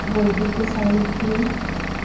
वैदिकसाहित्ये